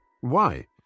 Why